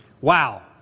wow